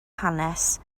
hanes